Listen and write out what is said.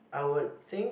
I would think